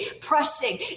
pressing